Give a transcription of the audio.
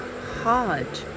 hard